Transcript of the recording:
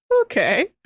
Okay